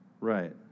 Right